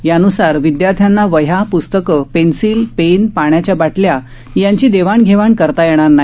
यान्सार विद्यार्थांना वहया प्स्तकं पेन्सिल पेन पाण्याच्या बाटल्या यांची देवाण घेवाण करता येणार नाही